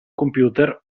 computer